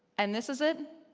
and this is it.